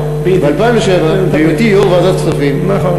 ב-2007, בהיותי יושב-ראש ועדת הכספים, נכון.